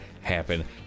happen